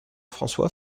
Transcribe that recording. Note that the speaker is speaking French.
françois